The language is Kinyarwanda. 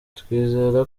twizera